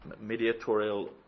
Mediatorial